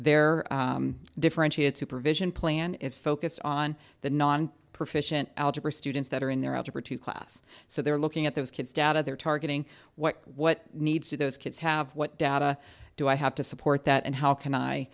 there differentiated supervision plan is focused on the non proficient algebra students that are in their algebra two class so they're looking at those kids data they're targeting what what needs to those kids have what data do i have to support that and how can